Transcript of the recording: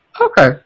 Okay